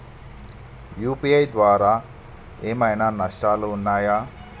UPI ద్వారా ఏమైనా నష్టాలు ఉన్నయా?